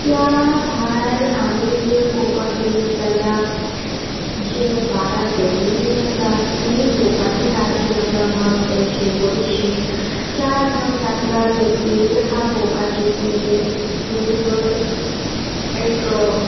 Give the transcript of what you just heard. त्या भायर आनी जर पोवपाक गेली जाल्या जे बारा ज्योतीर्लिंग आसा ती पोवपाची सारकी आसा मस्त अशी बरीशी चार धाम यात्रा जी आहा पोवपाची म्हणजे तूं जर एक